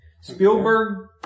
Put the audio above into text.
Spielberg